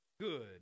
good